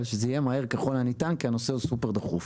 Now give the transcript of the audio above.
אלא שזה יהיה מהר ככל הניתן כי הנושא הוא סופר דחוף.